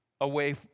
away